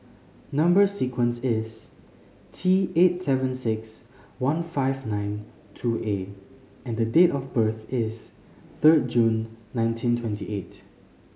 number sequence is T eight seven six one five nine two A and date of birth is third June nineteen twenty eight